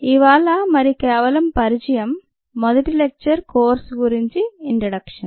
ఇవాళ మరి కేవలం పరిచయం మొదటి లెక్చరు కోర్సు గురించి ఇంట్రడక్షన్